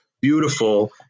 beautiful